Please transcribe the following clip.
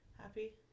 happy